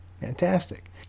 Fantastic